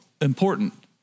important